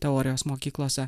teorijos mokyklose